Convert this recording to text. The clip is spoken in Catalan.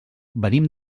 venim